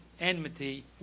enmity